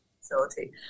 facility